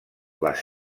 les